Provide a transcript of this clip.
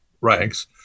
ranks